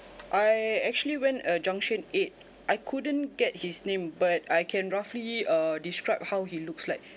I actually went uh junction eight I couldn't get his name but I can roughly err described how he looks like